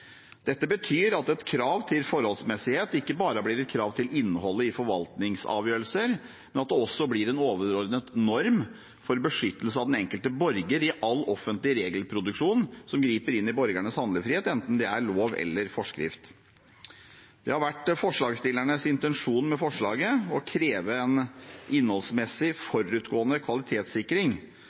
Dette betyr at et krav til forholdsmessighet ikke bare blir et krav til innholdet i forvaltningsavgjørelser, men at det også blir en overordnet norm for beskyttelse av den enkelte borger i all offentlig regelproduksjon som griper inn i borgernes handlefrihet, enten det er lov eller forskrift. Det har vært forslagsstillernes intensjon med forslaget å kreve en innholdsmessig forutgående kvalitetssikring